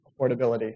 affordability